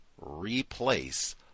Replace